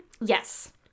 Yes